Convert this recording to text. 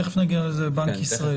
תכף נגיע לזה, לבנק ישראל.